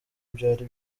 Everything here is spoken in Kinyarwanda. byari